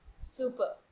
super